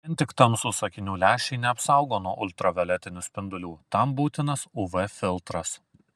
vien tik tamsūs akinių lęšiai neapsaugo nuo ultravioletinių spindulių tam būtinas uv filtras